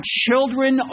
children